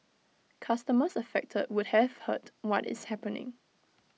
customers affected would have heard what is happening